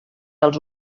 als